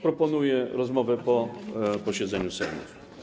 Proponuję rozmowę po posiedzeniu Sejmu.